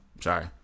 Sorry